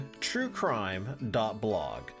truecrime.blog